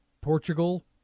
Portugal